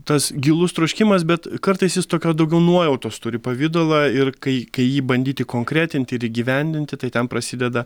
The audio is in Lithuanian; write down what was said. tas gilus troškimas bet kartais jis tokio daugiau nuojautos turi pavidalą ir kai kai jį bandyti konkretinti ir įgyvendinti tai ten prasideda